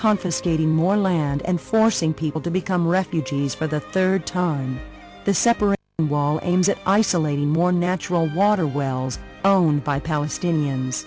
confiscating more land and forcing people to become refugees for the third time the separate wall aims at isolating more natural water wells by palestinians